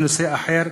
זה נושא אחר